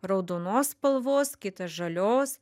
raudonos spalvos kitas žalios